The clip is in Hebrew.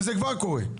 וזה כבר קורה.